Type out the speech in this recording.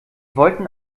wollten